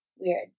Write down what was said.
Weird